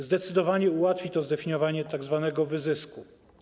Zdecydowanie ułatwi do zdefiniowanie tzw. wyzysku.